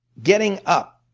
getting up.